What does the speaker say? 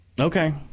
Okay